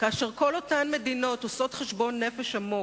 כאשר כל אותן מדינות עושות חשבון נפש עמוק,